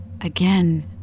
Again